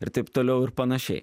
ir taip toliau ir panašiai